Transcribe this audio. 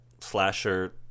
slasher